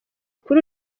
kuri